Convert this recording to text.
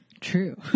true